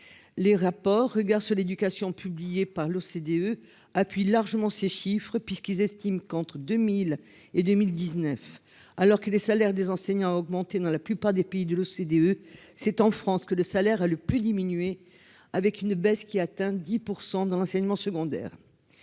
les rapports Regards sur l'éducation publié par l'OCDE appuie largement ces chiffres puisqu'ils estiment qu'entre 2000 et 2019 alors que les salaires des enseignants a augmenté dans la plupart des pays de l'OCDE, c'est en France que le salaire le plus diminuer avec une baisse qui atteint 10 % dans l'enseignement secondaire,